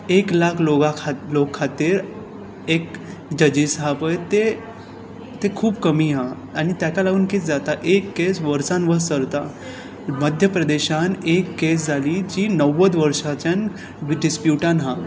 एक लाख लोकां खातीर जजीस आसा पळय ते खूब कमी आसा आनी ताका लागून कितें जाता एक कॅस वर्सान वर्स चलता मध्यप्रदेशांत एक कॅस जाली जी णव्वद वर्सांंच्यान डिसप्यूटांत आसा